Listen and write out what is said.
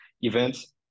events